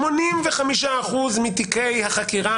אנחנו סוגרים אצלנו 85% מתיקי החקירה.